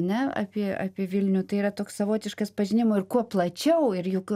ne apie apie vilnių tai yra toks savotiškas pažinimo ir kuo plačiau ir juk